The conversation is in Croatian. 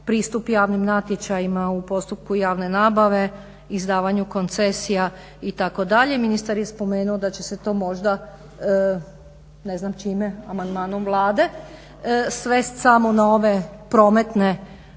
pristup javnim natječajima u postupku javne nabave, izdavanju koncesija itd. ministar je spomenuo da će se to možda ne znam čime amandmanom Vlade svesti samo na ovaj dio,